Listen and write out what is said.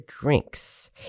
drinks